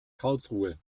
karlsruhe